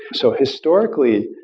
so historically,